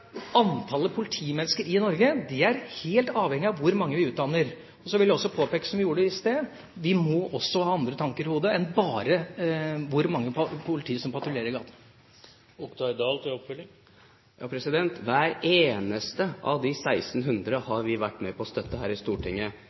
Antallet politimennesker i Norge er helt avhengig av hvor mange vi utdanner. Så vil jeg også påpeke, som jeg gjorde i sted – vi må også ha andre tanker i hodet enn bare hvor mye politi som patruljerer i gatene. Hver eneste av de 1 600 har vi vært med på å støtte her i Stortinget.